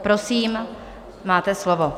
Prosím, máte slovo.